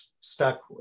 stuck